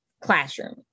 classroom